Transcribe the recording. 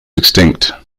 extinct